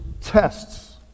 tests